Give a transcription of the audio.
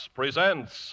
presents